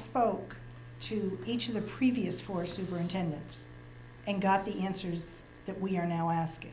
spoke to each of the previous four superintendents and got the answers that we are now asking